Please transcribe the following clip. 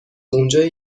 اونجایی